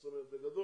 זאת אומרת בגדול